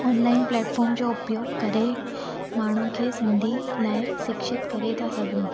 online platform जो उपयोग करे माण्हू खे सिंधी लाइ शिक्षित करे था सघूं